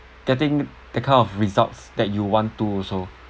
getting the kind of results that you want to also